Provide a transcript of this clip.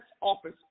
office